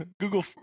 Google